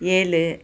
ஏழு